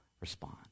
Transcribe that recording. respond